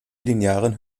linearen